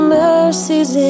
mercies